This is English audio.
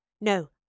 No